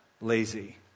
lazy